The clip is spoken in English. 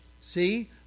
See